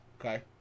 Okay